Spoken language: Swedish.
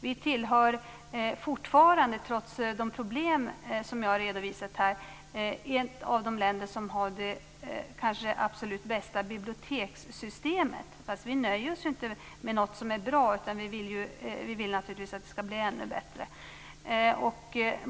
Sverige är fortfarande, trots de problem som jag har redovisat här, ett av de länder som har det kanske absolut bästa bibliotekssystemet. Men vi nöjer oss inte med något som är bra, utan vi vill naturligtvis att det ska bli ännu bättre.